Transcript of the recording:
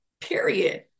period